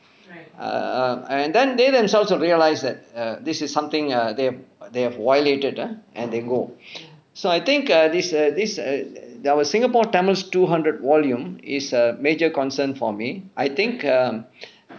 err and then they themselves will realise that err this is something uh they have they have violated ah and they go so I think err this err this err our singapore tamils two hundred volume is a major concern for me I think um